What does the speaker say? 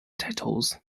titles